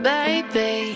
Baby